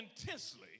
intensely